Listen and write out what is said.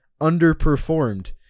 underperformed